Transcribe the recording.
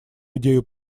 идею